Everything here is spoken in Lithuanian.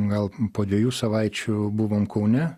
gal po dviejų savaičių buvom kaune